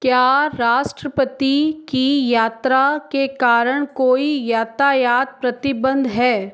क्या राष्ट्रपति की यात्रा के कारण कोई यातायात प्रतिबंध है